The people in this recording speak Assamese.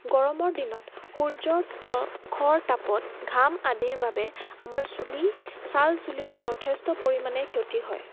গৰমৰ দিনত সূৰ্য্যৰ প্ৰখৰ তাপত ঘাম আদিৰ বাবে আমাৰ চুলি চাল চুলিৰ যথেষ্ট পৰিমাণে ক্ষতি হয়